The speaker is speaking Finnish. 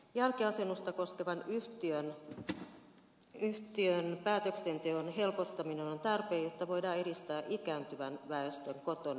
jälkiasennusta koskevan yhtiön päätöksenteon helpottaminen on tarpeen jotta voidaan edistää ikääntyvän väestön kotona asumista